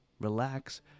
relax